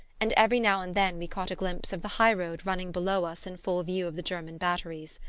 and every now and then we caught a glimpse of the high-road running below us in full view of the german batteries.